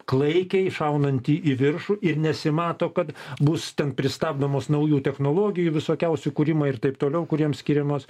klaikiai šaunanti į viršų ir nesimato kad bus ten pristabdomos naujų technologijų visokiausių kūrimai ir taip toliau kuriems skiriamos